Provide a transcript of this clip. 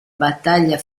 battaglia